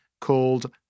called